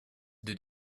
did